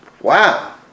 wow